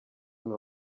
nka